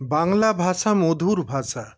বাংলা ভাষা মধুর ভাষা